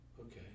okay